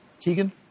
Keegan